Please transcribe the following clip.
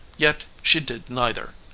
yet she did neither.